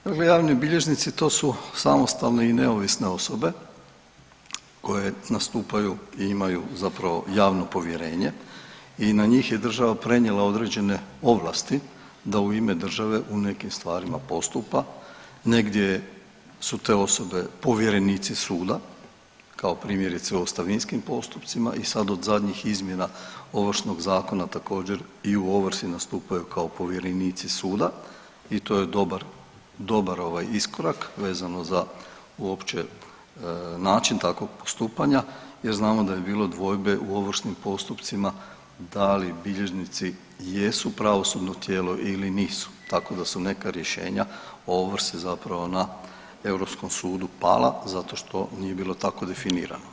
Dakle, javni bilježnici to su samostalne i neovisne osobe koje nastupaju i imaju zapravo javno povjerenje i na njih je država prenijela određene ovlasti da u ime države u nekim stvarima postupa, negdje su te osobe povjerenici suda kao primjerice u ostavinskim postupcima i sad od zadnjih izmjena Ovršnog zakona također i u ovrsi nastupaju kao povjerenici suda i to je dobar, dobar ovaj iskorak vezano za uopće način takvog postupanja jer znamo da bi bilo dvojbe u ovršnim postupcima da li bilježnici jesu pravosudno tijelo ili nisu, tako da su neka rješenja o ovrsi zapravo na europskom sudu pala zato što nije bilo tako definirano.